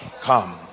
Come